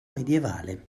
medievale